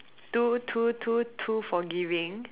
too too too too forgiving